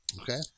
Okay